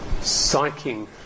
psyching